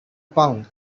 pound